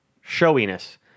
showiness